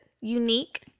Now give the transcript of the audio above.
Unique